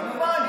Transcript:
כמובן,